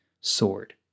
sword